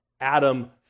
Adam